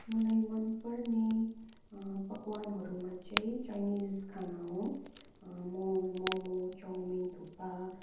मलाई मन पर्ने पक्वानहरूमा चाहिँ चाइनिज खाना हो मो मोमो चाउमिन थुक्पा